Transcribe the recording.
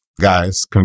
Guys